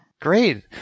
Great